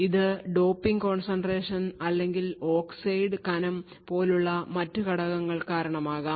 ഇത് doping concentration അല്ലെങ്കിൽ oxide കനം പോലുള്ള മറ്റ് ഘടകങ്ങൾ കാരണമാകാം